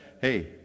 hey